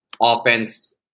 offense